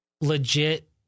legit